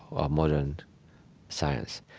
or modern science.